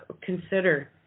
consider